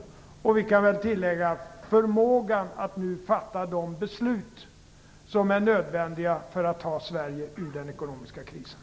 Till detta kan vi lägga vår förmåga att nu fatta de beslut som är nödvändiga för att ta Sverige ur den ekonomiska krisen.